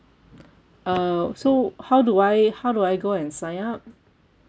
err so how do I how do I go and sign up